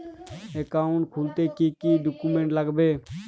Account খুলতে কি কি ডকুমেন্ট লাগবে?